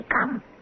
come